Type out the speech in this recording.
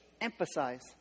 emphasize